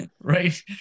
right